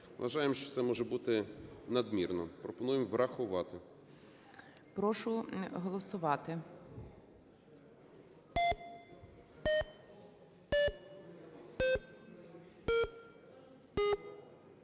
Вважаємо, що це може бути надмірно. Пропонуємо врахувати. ГОЛОВУЮЧИЙ. Прошу голосувати.